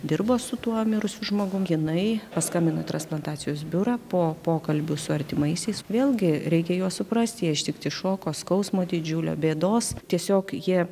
dirbo su tuo mirusiu žmogum jinai paskambino į transplantacijos biurą po pokalbių su artimaisiais vėlgi reikia juos suprasti jie ištikti šoko skausmo didžiulio bėdos tiesiog jie